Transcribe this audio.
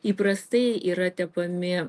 įprastai yra tepami